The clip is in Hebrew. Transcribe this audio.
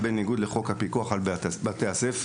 כמובן שמדובר בעבירה על חוק הפיקוח על בתי הספר.